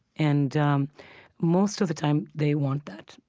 and um most of the time they want that.